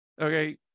okay